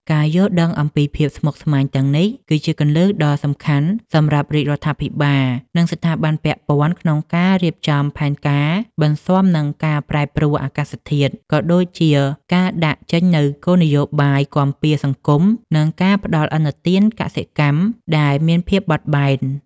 ការយល់ដឹងអំពីភាពស្មុគស្មាញទាំងនេះ គឺជាគន្លឹះដ៏សំខាន់សម្រាប់រាជរដ្ឋាភិបាល និងស្ថាប័នពាក់ព័ន្ធក្នុងការរៀបចំផែនការបន្ស៊ាំនឹងការប្រែប្រួលអាកាសធាតុ ក៏ដូចជាការដាក់ចេញនូវគោលនយោបាយគាំពារសង្គម និងការផ្តល់ឥណទានកសិកម្មដែលមានភាពបត់បែន។